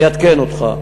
ואני אעדכן אותך.